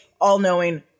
all-knowing